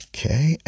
Okay